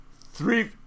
three